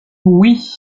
oui